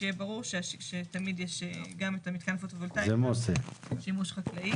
שיהיה ברור שתמיד יש גם את המתקן הפוטו וולטאי בשימוש חקלאי.